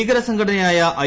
ഭീകരസംഘടനയായ I